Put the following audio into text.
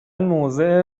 موضع